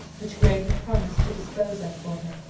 which gray had promised to dispose of for him.